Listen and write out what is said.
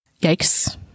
Yikes